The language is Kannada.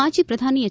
ಮಾಜಿ ಪ್ರಧಾನಿ ಎಚ್